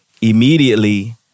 immediately